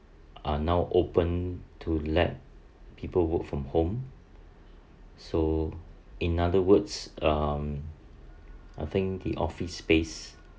are now open to let people work from home so in other words um I think the office space